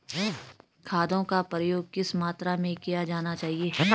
खादों का प्रयोग किस मात्रा में किया जाना चाहिए?